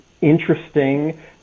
interesting